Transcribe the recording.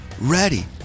ready